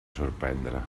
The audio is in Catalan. sorprendre